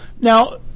Now